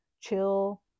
chill